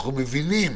אנחנו מבינים